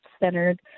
centered